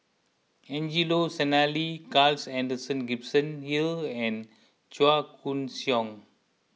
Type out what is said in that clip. Angelo Sanelli Carl Alexander Gibson Hill and Chua Koon Siong